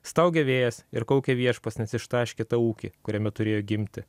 staugia vėjas ir kaukias viešpats nes ištaškė tą ūkį kuriame turėjo gimti